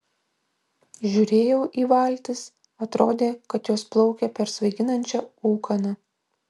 žiūrėjau į valtis atrodė kad jos plaukia per svaiginančią ūkaną